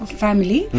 family